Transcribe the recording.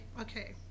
okay